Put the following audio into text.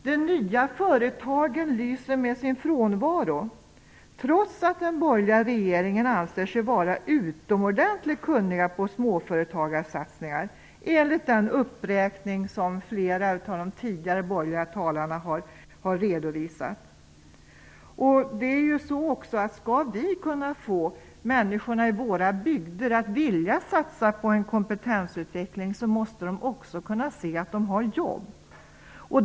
De nya företagen lyser med sin frånvaro, trots att den borgerliga regeringen anser sig vara utomordentligt kunnig när det gäller småföretagarsatsningar -- enligt den uppräkning som flera borgerliga talare tidigare har redovisat. För att vi skall kunna få människorna i våra bygder att vilja satsa på kompetensutveckling måste de också kunna se att de har jobb.